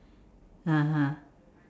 (uh huh)